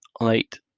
late